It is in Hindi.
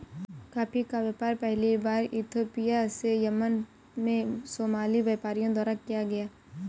कॉफी का व्यापार पहली बार इथोपिया से यमन में सोमाली व्यापारियों द्वारा किया गया